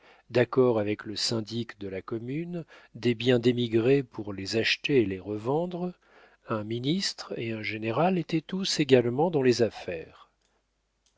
d'accord avec le syndic de la commune des biens d'émigrés pour les acheter et les revendre un ministre et un général étaient tous également dans les affaires